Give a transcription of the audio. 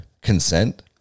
consent